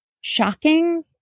shocking